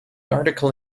article